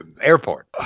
airport